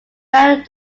married